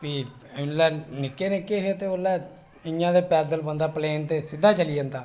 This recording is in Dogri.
फ्ही निक्के निक्के है उसलै इ'यां ते पैदल बंदा पलैन ते सिद्धा चली जंदा ऐ